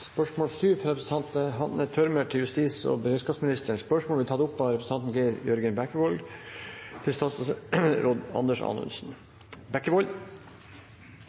fra representanten Hanne Thürmer til justis- og beredskapsministeren, vil bli tatt opp av representanten Geir Jørgen Bekkevold.